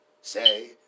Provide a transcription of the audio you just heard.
Say